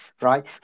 right